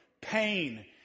pain